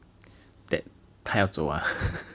that 他要走 ah